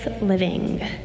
living